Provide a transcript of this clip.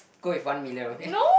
go with one million okay